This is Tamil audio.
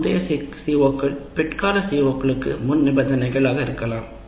முந்தைய CO கள் பிற்கால CO களுக்கு முன்நிபந்தனைகள் ஆக இருக்கலாம்